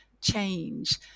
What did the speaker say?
change